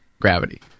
gravity